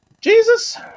Jesus